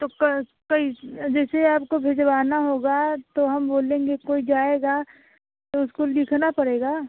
तो क कई जैसे आपको भिजवाना होगा तो हम बोलेंगे कोई जाएगा तो उसको लिखना पड़ेगा